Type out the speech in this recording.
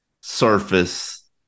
surface